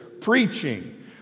preaching